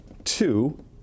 Two